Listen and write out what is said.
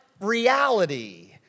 reality